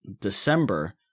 December